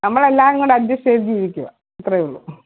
നമ്മൾ എല്ലാംകൂടെ അഡ്ജെസ്റ്റ് ചെയ്ത് ജീവിക്കുക അത്രേയുള്ളൂ